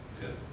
good